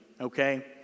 okay